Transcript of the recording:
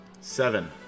Seven